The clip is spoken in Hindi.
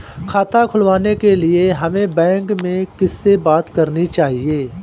खाता खुलवाने के लिए हमें बैंक में किससे बात करनी चाहिए?